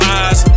eyes